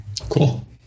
Cool